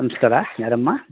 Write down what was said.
ನಮಸ್ಕಾರ ಯಾರಮ್ಮ